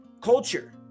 culture